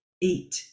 eat